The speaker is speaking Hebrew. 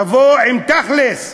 תבוא עם תכל'ס.